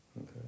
Okay